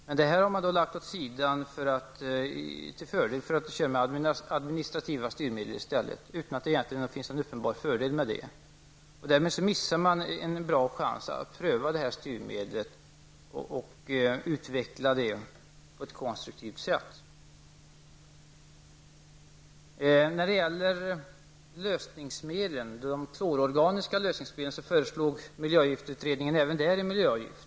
Men detta förslag har regeringen lagt åt sidan för att i stället använda administrativa styrmedel, utan att det egentligen finns någon uppenbar fördel med det. Därmed missar man en bra chans att pröva det här styrmedlet och att utveckla det på ett konstruktivt sätt. När det gäller de klororganiska lösningsmedlen föreslog miljöavgiftutredningen även där en avgift.